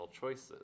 choices